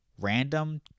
random